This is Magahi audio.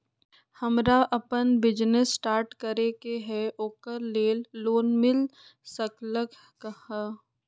हमरा अपन बिजनेस स्टार्ट करे के है ओकरा लेल लोन मिल सकलक ह?